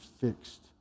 fixed